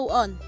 on